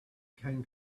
can